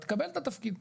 תקבל את התפקיד.